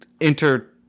enter